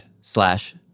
slash